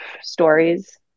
stories